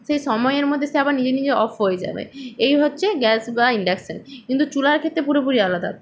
সে সময়ের মধ্যে সে আবার নিজে নিজে অফ হয়ে যাবে এই হচ্ছে গ্যাস বা ইন্ডাকশান কিন্তু চুলার ক্ষেত্রে পুরোপুরি আলাদা